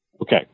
Okay